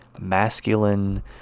masculine